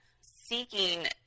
seeking